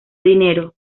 dinero